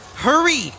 Hurry